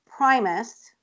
Primus